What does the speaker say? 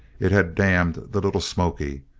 it had dammed the little smoky,